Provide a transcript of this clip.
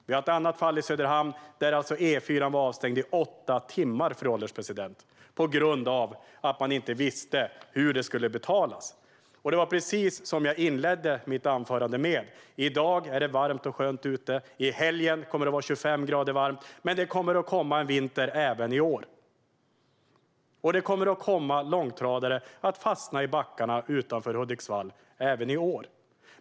Vi har ett annat fall i Söderhamn, där E4:an var avstängd i åtta timmar, fru ålderspresident, på grund av att man inte visste hur det skulle betalas. Det är precis så som jag inledde mitt förra anförande. I dag är det varmt och skönt ute. I helgen kommer det att vara 25 grader varmt. Men det kommer att komma en vinter även i år, och även i år kommer långtradare att fastna i backarna utanför Hudiksvall.